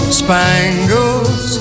spangles